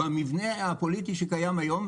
במבנה הפוליטי שקיים היום,